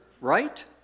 right